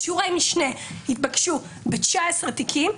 אישורי משנה התבקשו ב-19 תיקים,